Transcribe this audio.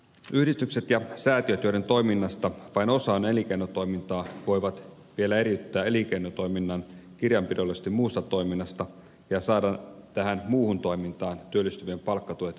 yhdistykset ja säätiöt joiden toiminnasta vain osa on elinkeinotoimintaa voivat vielä eriyttää elinkeinotoiminnan kirjanpidollisesti muusta toiminnasta ja saada tähän muuhun toimintaan työllistyvien palkkatuet entisin ehdoin